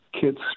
kids